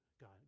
God